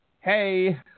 Hey